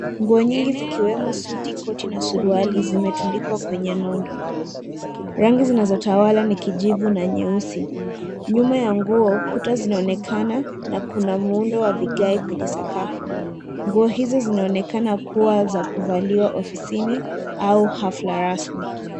Nguo nyingi zikiwemo suti, koti na suruali zimetundikwa kwenye nundo. Rangi zinazotawala ni kijivu na nyeusi. Nyuma ya nguo, kuta zinaonekana na kuna muundo wa vigae kwenye sakafu. Nguo hizo zinaonekana kuwa za kuvaliwa ofisini au hafla rasmi.